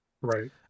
Right